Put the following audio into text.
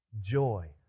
joy